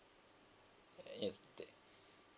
yes take